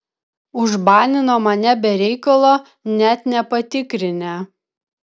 užbanino mane be reikalo net nepatikrinę